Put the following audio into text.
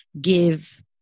give